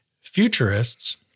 Futurists